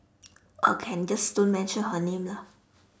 orh can just don't mention her name lah